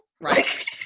Right